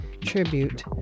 tribute